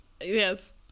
yes